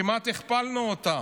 כמעט הכפלנו אותם.